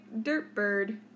Dirtbird